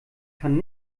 kann